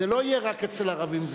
זה לא יהיה רק אצל ערבים.